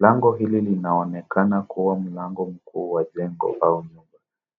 Lango hili linaonekana kuwa mlango mkuu wa jengo au.